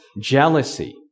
jealousy